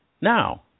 Now